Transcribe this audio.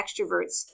extroverts